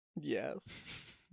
Yes